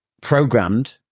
programmed